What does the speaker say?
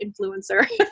influencer